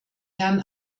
herrn